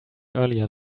earlier